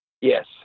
yes